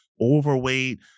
overweight